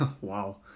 Wow